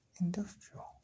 industrial